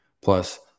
Plus